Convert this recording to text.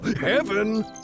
Heaven